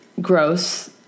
gross